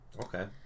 okay